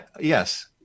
yes